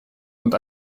und